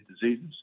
diseases